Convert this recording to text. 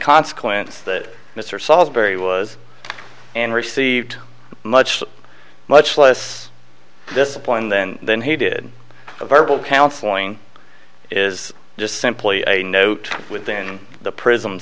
consequence that mr solsbury was and received much much less disciplined then than he did a verbal counseling is just simply a note within the prison